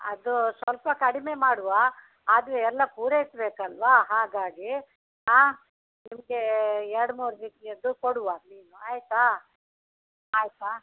ಅದು ಸ್ವಲ್ಪ ಕಡಿಮೆ ಮಾಡುವ ಅದು ಎಲ್ಲ ಪೂರೈಸಬೇಕಲ್ವಾ ಹಾಗಾಗಿ ಆಂ ನಿಮ್ಗೆ ಎರಡು ಮೂರು ರೀತಿಯದ್ದು ಕೊಡುವ ಮೀನು ಆಯಿತಾ ಆಯಿತಾ